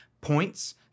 points